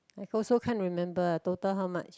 I also can't remember total how much